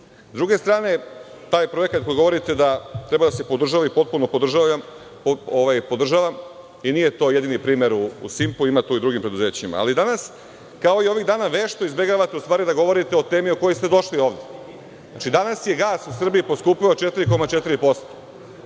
druge strane, taj projekat o čemu pričate da treba da se podržava i potpuno podržavam i nije to jedini primer „Simpo“ ima i u drugim preduzećima. Danas kao i ovih dana vešto izbegavate da govorite o temi o kojoj ste došli ovde da govorite. Danas je gas u Srbiji poskupeo 4,4%